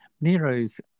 Nero's